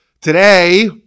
Today